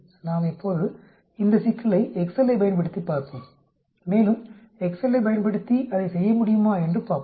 நாம் இப்போது இந்த சிக்கலை எக்செல்லைப் பயன்படுத்தி பார்ப்போம் மேலும் எக்செல்லைப் பயன்படுத்தி அதை செய்ய முடியுமா என்று பார்ப்போம்